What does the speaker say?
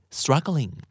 struggling